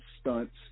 stunts